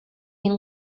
این